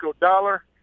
dollar